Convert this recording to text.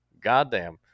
Goddamn